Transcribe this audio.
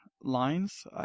lines